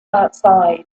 outside